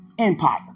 Empire